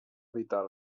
evitar